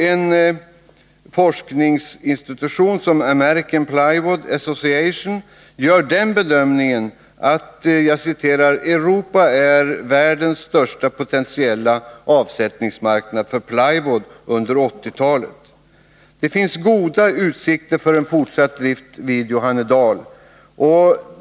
En forskningsinstitution som American Plywood Association gör den bedömningen att Europa är världens största potentiella avsättningsmarknad för plywood under 1980-talet. Det finns goda utsikter för en fortsatt drift vid Johannedal.